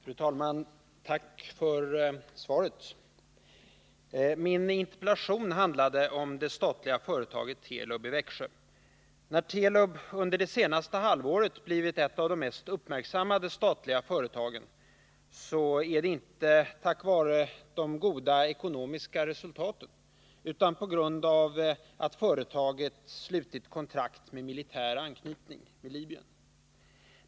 Fru talman! Tack för svaret! Min interpellation handlade om det statliga företaget Telub i Växjö. Att Telub under det senaste halvåret blivit ett av de mest uppmärksammade statliga företagen beror inte på de goda ekonomiska resultaten, utan orsaken är att företaget slutit kontrakt med militär anknytning med Libyen.